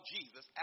Jesus